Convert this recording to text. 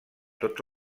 tots